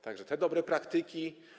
Tak że te dobre praktyki.